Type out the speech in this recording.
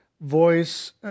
voice